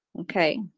Okay